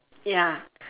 ya